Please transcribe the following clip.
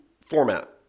format